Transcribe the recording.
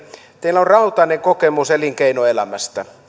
teillä on rautainen kokemus elinkeinoelämästä